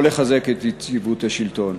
לא לחזק את יציבות השלטון.